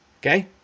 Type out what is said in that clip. Okay